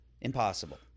Impossible